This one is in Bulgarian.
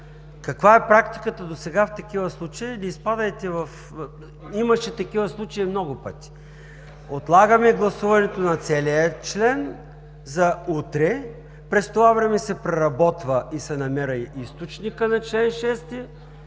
Каква е практиката досега в такива случаи. Не изпадайте в… Имаше такива случаи много пъти – отлагаме гласуването на целия член за утре, през това време се преработва и се намира източникът на чл. 6.